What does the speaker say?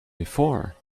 before